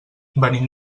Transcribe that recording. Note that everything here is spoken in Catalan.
venim